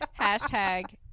Hashtag